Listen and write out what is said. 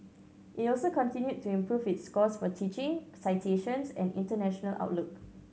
it also continued to improve its scores for teaching citations and international outlook